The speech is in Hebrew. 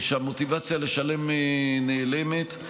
שהמוטיבציה לשלם נעלמת.